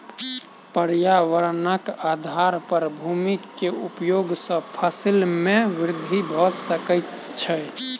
पर्यावरणक आधार पर भूमि के उपयोग सॅ फसिल में वृद्धि भ सकै छै